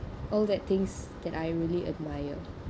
all that things that I really admire